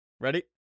Ready